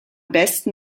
besten